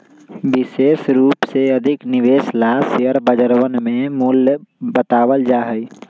विशेष रूप से अधिक निवेश ला शेयर बजरवन में मूल्य बतावल जा हई